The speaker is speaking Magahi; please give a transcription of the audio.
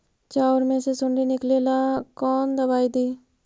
चाउर में से सुंडी निकले ला कौन दवाई दी?